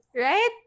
right